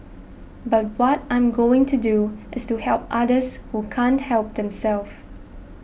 but what I'm going to do is to help others who can't help themselves